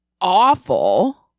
awful